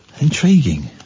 intriguing